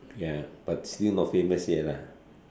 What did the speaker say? ya but still not famous yet lah